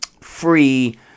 free